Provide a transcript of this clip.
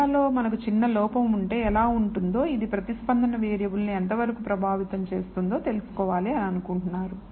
డేటాలో మనకు చిన్న లోపం ఉంటే ఎలా ఉంటుందో ఇది ప్రతిస్పందన వేరియబుల్ను ఎంతవరకు ప్రభావితం చేస్తుందో తెలుసుకోవాలి అనుకుంటున్నారు